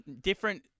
different